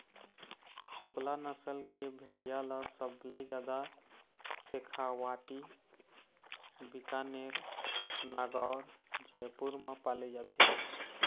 चोकला नसल के भेड़िया ल सबले जादा सेखावाटी, बीकानेर, नागौर, जयपुर म पाले जाथे